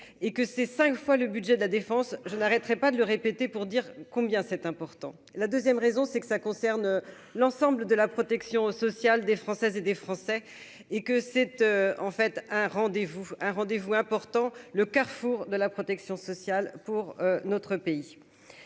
et que c'est 5 fois le budget de la défense je n'arrêterai pas de le répéter pour dire combien c'est important la 2ème raison, c'est que ça concerne l'ensemble de la protection sociale des Françaises et des Français et que cette en fait un rendez-vous, un rendez-vous important, le Carrefour de la protection sociale pour notre pays,